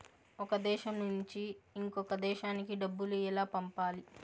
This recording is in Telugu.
ఒక దేశం నుంచి ఇంకొక దేశానికి డబ్బులు ఎలా పంపాలి?